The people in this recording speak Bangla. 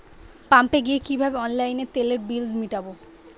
পাম্পে গিয়ে কিভাবে অনলাইনে তেলের বিল মিটাব?